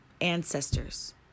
ancestors